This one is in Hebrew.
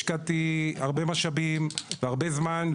שהשטח מופקע והוא בבעלות העירייה ממזמן,